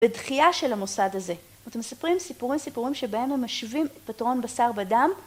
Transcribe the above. בדחייה של המוסד הזה. אתם מספרים סיפורי סיפורים שבהם הם משיבים פטרון בשר בדם.